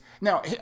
Now